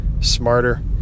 smarter